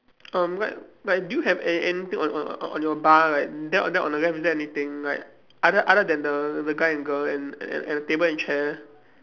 um like like do you have an~ anything on on on your bar right then on the left is there anything like other other than the the guy and girl and and and the table and chair